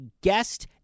guest